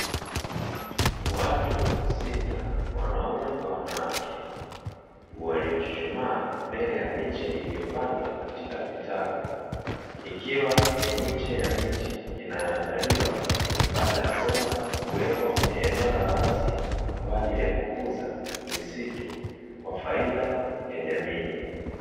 Watu sita wanaume kwa wanawake waliochuchumaa mbele ya miche iliyopndwa katika vitalu, ikiwa ni miche ya miti inayoandaliwa kabla ya kwenda kuwekwa kwenye eneo la wazi, kwa ajili ya kukuza misitu kwa faida ya jamii.